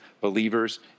believers